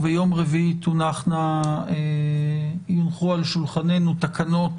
וביום רביעי תונחנה על שולחננו תקנות